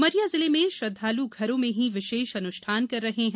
उमरिया जिले में श्रद्वाल घरों में ही विशेष अनुष्ठान कर रहे हैं